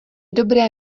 dobré